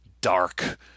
dark